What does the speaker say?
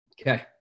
Okay